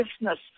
Business